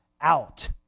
out